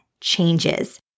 changes